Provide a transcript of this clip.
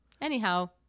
Anyhow